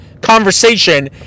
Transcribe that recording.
conversation